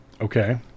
Okay